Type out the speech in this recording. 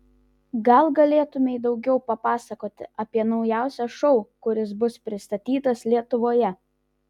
gal galėtumei daugiau papasakoti apie naujausią šou kuris bus pristatytas lietuvoje